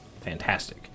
Fantastic